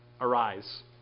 Arise